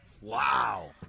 Wow